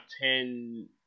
ten